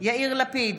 יאיר לפיד,